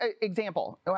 example